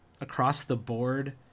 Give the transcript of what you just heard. across-the-board